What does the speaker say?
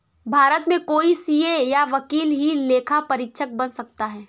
भारत में कोई सीए या वकील ही लेखा परीक्षक बन सकता है